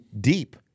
deep